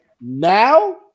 now